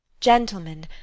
Gentlemen